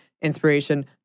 inspiration